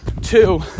Two